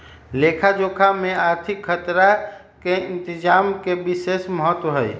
लेखा जोखा में आर्थिक खतरा के इतजाम के विशेष महत्व हइ